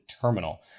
terminal